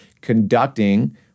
conducting